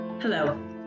Hello